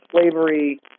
slavery